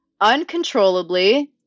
uncontrollably